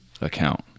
account